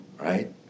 right